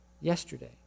yesterday